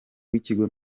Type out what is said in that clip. w’ikigo